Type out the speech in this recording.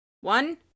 One